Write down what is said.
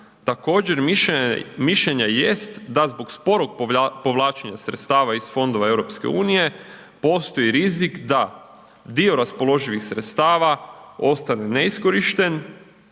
Također mišljenja jest da zbog sporog povlačenja sredstava iz fondova EU postoji rizik da dio raspoloživih sredstava ostane neiskorišten.